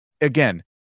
again